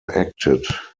acted